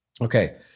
Okay